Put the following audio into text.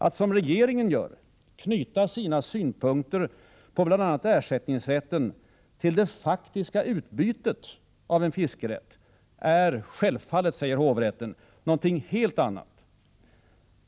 Att, som regeringen gör, knyta sina synpunkter på bl.a. ersättningsrätten till ”det faktiska utbytet av en fiskerätt är” — självfallet, säger hovrätten —” något helt annat”.